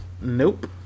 Nope